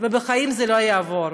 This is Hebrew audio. בחיים זה לא יעבור.